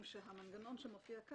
בהכנה לקריאה השנייה והשלישית.